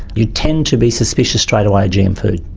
you tend to be suspicious straight away of gm food,